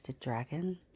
dragon